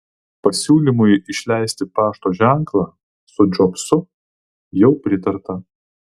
pasiūlymui išleisti pašto ženklą su džobsu jau pritarta